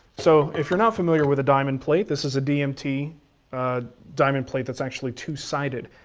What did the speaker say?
so if you're not familiar with a diamond plate, this is a dmt ah diamond plate that's actually two-sided.